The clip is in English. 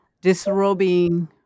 disrobing